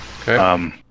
Okay